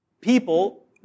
People